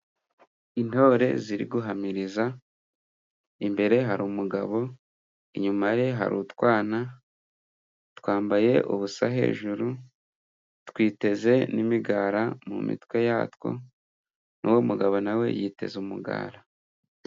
Intore ziri guhamiriza imbere hari umugabo, inyuma ye hari utwana twambaye ubusa hejuru twiteze n'imigara mu mitwe yatwo n'uwo mugabo nawe yiteze umugara.